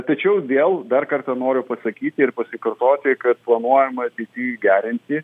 tačiau vėl dar kartą noriu pasakyti ir pasikartoti kad planuojama ateity gerinti